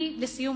אני אומרת לסיום: